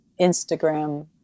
Instagram